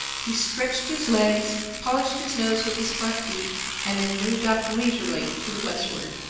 he stretched his legs, polished his nose with his front feet and then moved off leisurely to the westward.